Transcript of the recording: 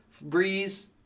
Breeze